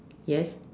yes